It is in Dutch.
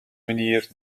manier